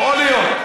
יכול להיות.